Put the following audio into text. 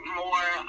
more